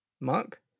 Mark